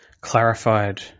clarified